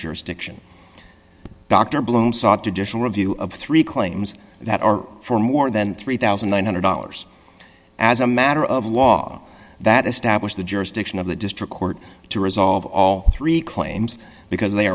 jurisdiction dr blum sought to just review of three claims that are for more than three thousand one hundred dollars as a matter of law that establish the jurisdiction of the district court to resolve all three claims because they